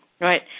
Right